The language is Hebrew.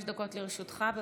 דקות לרשותך.